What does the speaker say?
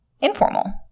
informal